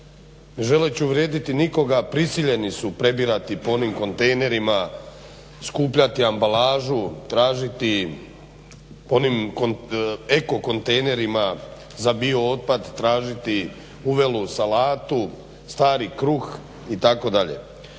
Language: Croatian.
ne želeći uvrijediti nikoga prisiljeni su prebirati po onim kontejnerima skupljati ambalažu, tražiti po onim eko-kontejnerima za bio-otpad, tražiti uvelu salatu, stari kruh itd.